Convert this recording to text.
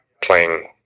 playing